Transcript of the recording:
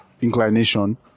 inclination